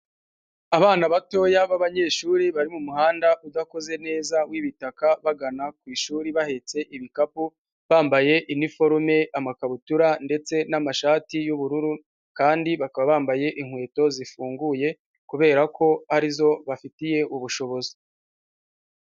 Abana batoya b'abanyeshuri bari mu muhanda udakoze neza w'ibitaka bagana ku ishuri bahetse ibikapu, bambaye iniforume, amakabutura ndetse n'amashati y'ubururu kandi bakaba bambaye inkweto zifunguye kubera ko arizo bafitiye ubushobozi.